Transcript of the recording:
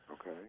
okay